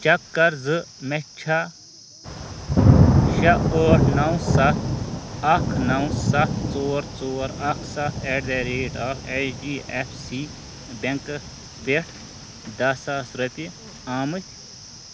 check کَر زٕ مےٚ چھا شےٚ ٲٹھ نو سَتھ اکھ نو سَتھ ژور ژور اکھ سَتھ at the rate of H D F C بیٚنٛکہٕ پٮ۪ٹھ دَہ ساس رۄپیہِ آمٕتۍ